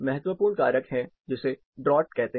महत्वपूर्ण कारक है जिसे ड्रॉट कहते हैं